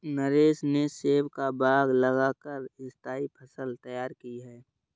नरेश ने सेब का बाग लगा कर स्थाई फसल तैयार की है